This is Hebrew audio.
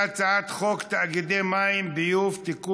אנחנו